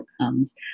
outcomes